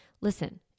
listen